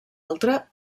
altra